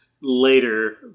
later